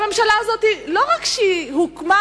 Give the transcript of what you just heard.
זה שהממשלה הזאת לא רק שהיא הוקמה,